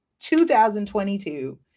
2022